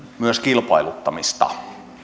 myös kilpailuttamista